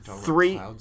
Three